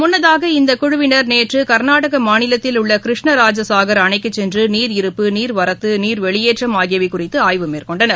முன்னதாக இந்தகுழுவினா் நேற்றுகா்நாடகமாநிலத்தில் உள்ளகிருஷ்ணராஜா் அணைக்குச் சென்றுநீர் இருப்பு நீர்வரத்து வெளியேற்றம் ஆகியவைகுறித்துஆய்வு மேற்கொண்டனர்